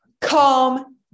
calm